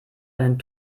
einen